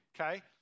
okay